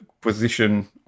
position